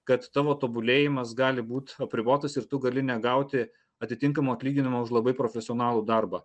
kad tavo tobulėjimas gali būt apribotas ir tu gali negauti atitinkamo atlyginimo už labai profesionalų darbą